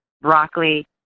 broccoli